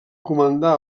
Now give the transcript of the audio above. comandar